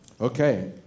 Okay